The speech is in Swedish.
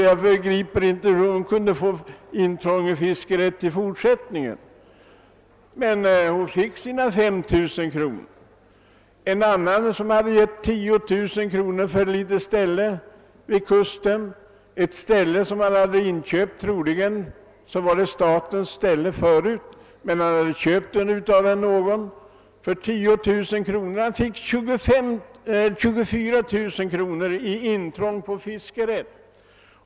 Jag begriper inte hur hon kunnat få ersättning för sådant intrång, men hon fick sina 5 000 kronor. Och en annan person som hade betalt 10 000 kronor för ett litet ställe vid kusten — han hade väl köpt det av någon privatperson, men troligen hade staten ägt det tidigare — fick 24000 kronor för intrång i fisket.